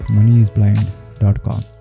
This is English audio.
MoneyIsBlind.com